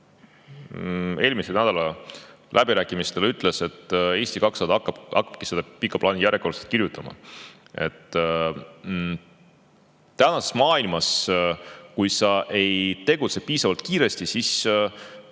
eelmise nädala läbirääkimistel, et Eesti 200 hakkabki seda pikka plaani järjekordselt kirjutama. Tänases maailmas, kui sa ei tegutse piisavalt kiiresti, oled